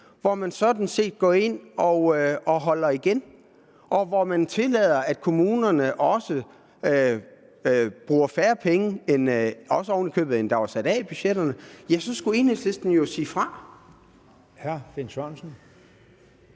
at man sådan set går ind og holder igen og tillader, at kommunerne også bruger færre penge, end der oven i købet var sat af i budgetterne, skulle Enhedslisten jo sige fra. Kl. 09:40 Formanden: